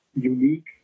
unique